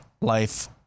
life